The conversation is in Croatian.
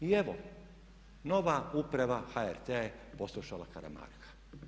I evo nova uprava HRT-a je poslušala Karamarka.